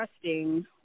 trusting